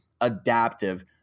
adaptive